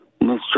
Mr